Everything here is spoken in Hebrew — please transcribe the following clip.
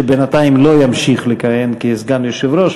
שבינתיים לא ימשיך לכהן כסגן יושב-ראש,